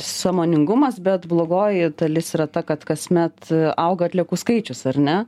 sąmoningumas bet blogoji dalis yra ta kad kasmet auga atliekų skaičius ar ne